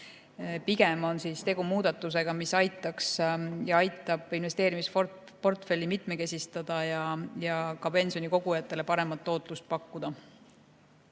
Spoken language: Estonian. Pigem on tegu muudatusega, mis aitaks ja aitab investeerimisportfelli mitmekesistada ning ka pensionikogujatele paremat tootlust pakkuda.